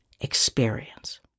experience